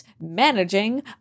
managing